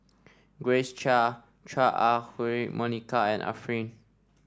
Grace Chia Chua Ah Huwa Monica and Arifin